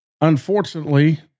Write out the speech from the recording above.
Unfortunately